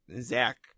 Zach